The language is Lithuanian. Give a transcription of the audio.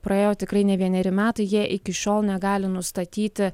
praėjo tikrai ne vieneri metai jie iki šiol negali nustatyti